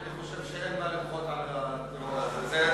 אין מה למחות על הטיעון הזה,